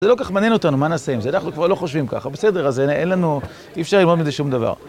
זה לא כל כך מעניין אותנו מה נעשה עם זה, אנחנו כבר לא חושבים ככה, בסדר, אז אין לנו, אי אפשר ללמוד מזה שום דבר.